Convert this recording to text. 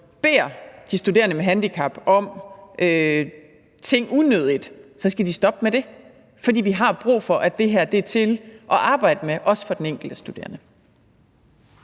beder de studerende med handicap om ting, så skal stoppe med det. For vi har brug for, at det her er til at arbejde med, også for den enkelte studerende.